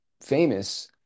famous